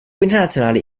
internationaler